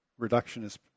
reductionist